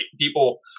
People